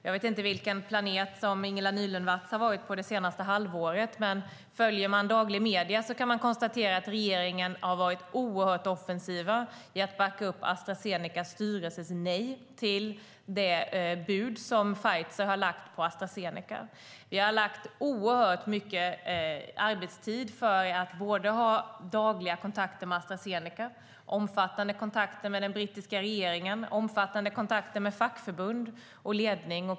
Jag vet inte vilken planet som Ingela Nylund Watz har varit på under det senaste halvåret, men följer man de dagliga medierna kan man konstatera att regeringen har varit oerhört offensiv genom att backa upp Astra Zenecas styrelses nej till det bud som Pfizer har lagt på Astra Zeneca. Vi har ägnat mycket arbetstid åt att ha dagliga kontakter med Astra Zeneca, omfattande kontakter med den brittiska regeringen och omfattande kontakter med fackförbund och ledning.